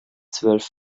zwölf